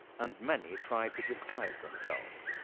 and many tried to disguise themselves.